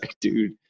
dude